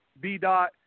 B-Dot